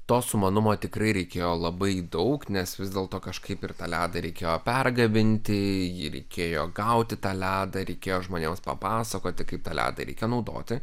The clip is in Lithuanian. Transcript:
to sumanumo tikrai reikėjo labai daug nes vis dėlto kažkaip ir tą ledą reikėjo pergabenti jį reikėjo gauti tą ledą reikėjo žmonėms papasakoti kaip tą ledą reikia naudoti